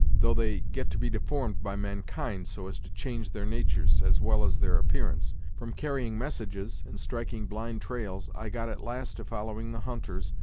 though they get to be deformed by mankind, so as to change their natur's, as well as their appearance. from carrying messages, and striking blind trails, i got at last to following the hunters,